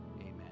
Amen